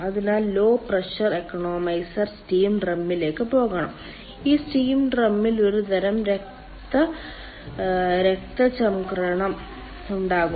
അതിനാൽ low pressure economiser steam ഡ്രമ്മിലേക്ക് പോകണം ഈ സ്റ്റീം ഡ്രമ്മിൽ ഒരുതരം രക്തചംക്രമണം ഉണ്ടാകും